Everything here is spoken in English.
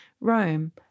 Rome